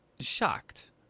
shocked